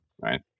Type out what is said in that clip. Right